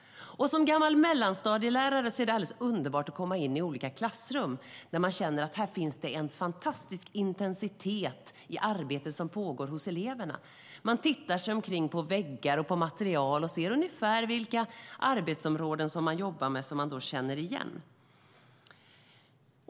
Som gammal mellanstadielärare är det alldeles underbart att komma in i olika klassrum och känna att här finns en fantastisk intensitet i det arbete som pågår hos eleverna. Man tittar sig omkring på väggar och material och ser ungefär vilka arbetsområden som de jobbar med och som man känner igen.